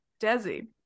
desi